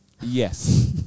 Yes